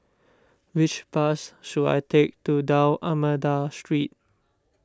which bus should I take to D'Almeida Street